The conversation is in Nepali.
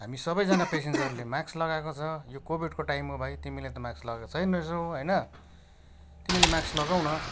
हामी सबैजना पेसेन्जरले माक्स लगाएको छ यो कोभिडको टाइम हो भाइ तिमीले त माक्स लगाएको छैन रहेछौ होइन तिमीले माक्स लगाऊ न